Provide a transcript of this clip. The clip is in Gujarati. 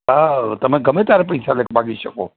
હાં તમે ગમે ત્યારે પૈસા લઈને ભાગી શકો